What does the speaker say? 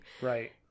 right